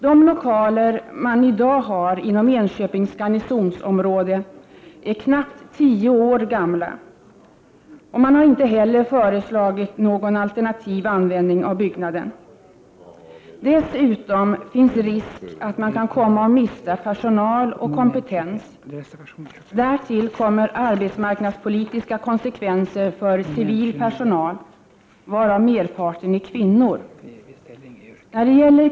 De lokaler man i dag har inom Enköpings garnisonsområde är knappt tio år gamla, och det har inte heller föreslagits någon alternativ användning av byggnaden. Dessutom finns det risk för att man kommer att mista personal och kompetens. Därtill kommer arbetsmarknadspolitiska konsekvenser för civil personal, varav merparten är kvinnor.